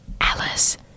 Alice